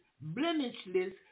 blemishless